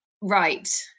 Right